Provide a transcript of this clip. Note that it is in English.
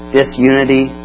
disunity